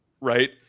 right